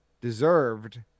deserved